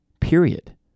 period